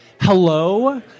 Hello